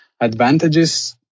advantages